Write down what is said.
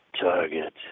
Target